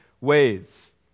ways